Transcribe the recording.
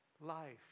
life